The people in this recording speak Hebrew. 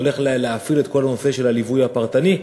הולך להפעיל את כל הנושא של הליווי הפרטני,